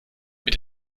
mit